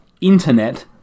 Internet